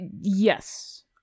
Yes